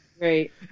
Right